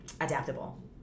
adaptable